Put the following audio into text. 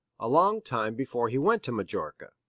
a long time before he went to majorca.